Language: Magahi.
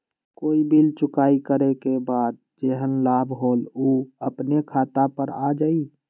कोई बिल चुकाई करे के बाद जेहन लाभ होल उ अपने खाता पर आ जाई?